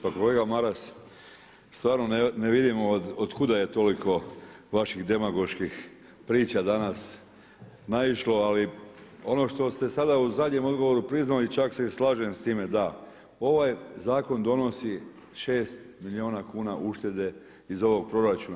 Pa kolega Maras, stvarno ne vidimo od kuda je toliko vaših demagoških priča danas naišlo, ali ono što ste sada u zadnjem odgovoru priznali čak se i slažem s time da ovaj zakon donosi 6 milijuna kuna uštede iz ovog proračuna.